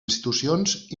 institucions